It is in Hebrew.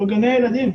נכון.